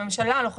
והממשלה לא חושבת,